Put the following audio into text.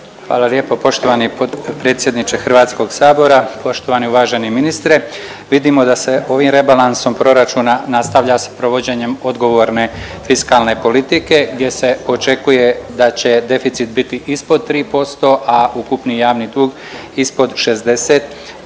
Hvala lijepo. Poštovani potpredsjedniče Hrvatskog sabora, poštovani uvaženi ministre. Vidimo da se ovim rebalansom proračuna nastavlja s provođenjem odgovorne fiskalne politike gdje se očekuje da će deficit biti ispod tri posto, a ukupni javni dug ispod 60%